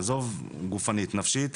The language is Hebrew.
עזוב גופנית, נפשית,